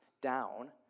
down